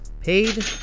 paid